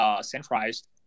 centralized